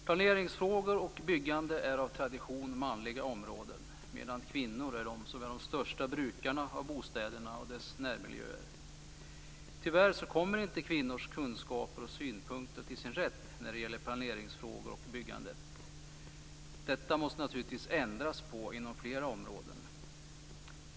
Planeringsfrågor och byggande är av tradition manliga områden, medan kvinnor är de största brukarna av bostäderna och deras närmiljöer. Tyvärr kommer inte kvinnors kunskaper och synpunkter till sin rätt när det gäller planeringsfrågor och byggande. Detta måste naturligtvis ändras, inom flera områden.